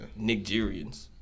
Nigerians